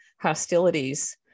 hostilities